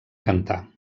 cantar